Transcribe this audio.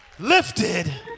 lifted